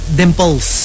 dimples